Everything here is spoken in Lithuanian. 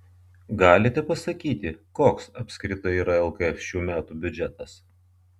galite pasakyti koks apskritai yra lkf šių metų biudžetas